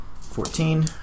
Fourteen